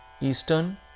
eastern